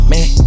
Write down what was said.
Man